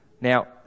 Now